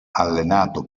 allenato